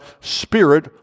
spirit